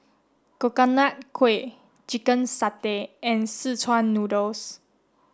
Coconut Kuih chicken satay and Szechuan noodles